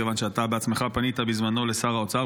מכיוון שאתה בעצמך פנית בזמנו לשר האוצר,